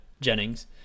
Jennings